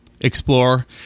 explore